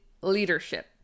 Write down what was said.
leadership